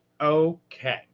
Okay